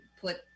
put